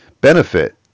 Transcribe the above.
benefit